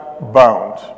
bound